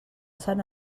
sant